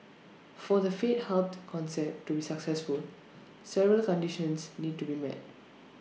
for the faith hub concept to be successful several conditions need to be met